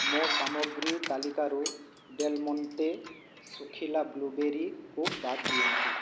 ମୋ ସାମଗ୍ରୀ ତାଲିକାରୁ ଡେଲମଣ୍ଟେ ଶୁଖିଲା ବ୍ଲୁବେରୀକୁ ବାଦ ଦିଅନ୍ତୁ